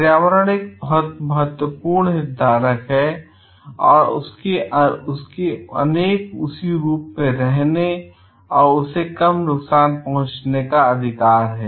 पर्यावरण एक बहुत महत्वपूर्ण हितधारक है और उसे उनके उसी रूप में रहने और उससे कम नुकसान पहुंचाने का अधिकार है